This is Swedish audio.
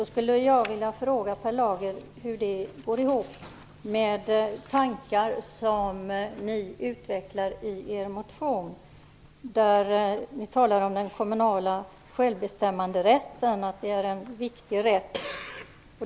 Jag skulle vilja fråga Per Lager hur det går ihop med de tankar som ni utvecklar i er motion, där ni talar om att den kommunala självbestämmanderätten är en viktig rätt.